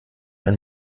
ein